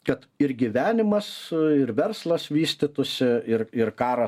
kad ir gyvenimas ir verslas vystytųsi ir ir karas